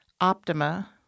Optima